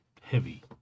heavy